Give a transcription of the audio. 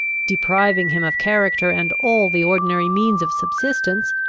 depriving him of character and all the ordinary means of subsistence,